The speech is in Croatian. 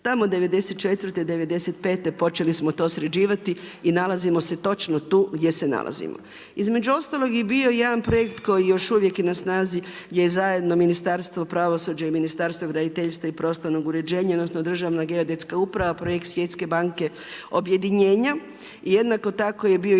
Tamo '94.-te, '95. počeli smo to sređivati i nalazimo se točno tu gdje se nalazimo. Između ostalog i bio je još jedan projekt koji je još uvijek na snazi gdje zajedno Ministarstvo pravosuđa i Ministarstvo graditeljstva i prostornog uređenja, odnosno državna geodetska uprava, projekt Svjetske banke objedinjenja. I jednako tako je bio i taj